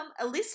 Alyssa